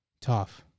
tough